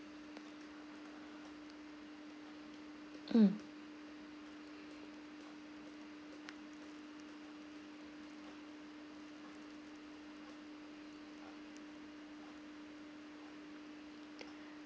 mm